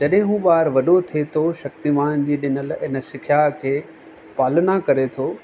जॾहिं उहो ॿारु वॾो थे तो शक्तिमान जे ॾिनल इन सिखया खे पालना करे थो